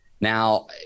now